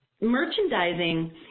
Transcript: merchandising